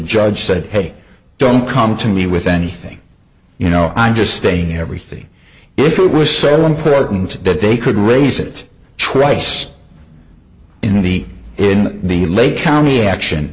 judge said hey don't come to me with anything you know i'm just saying everything if it was cell important that they could raise it trice in me in the lake county action